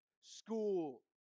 School